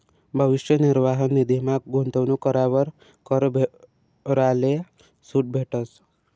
भविष्य निर्वाह निधीमा गूंतवणूक करावर कर भराले सूट भेटस